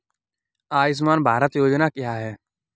आयुष्मान भारत योजना क्या है?